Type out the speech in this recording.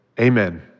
amen